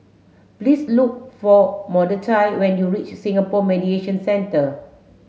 please look for Mordechai when you reach Singapore Mediation Centre